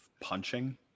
punching